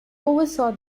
oversaw